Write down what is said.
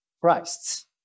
Christ